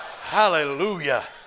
Hallelujah